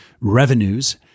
Revenues